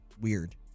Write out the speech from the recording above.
weird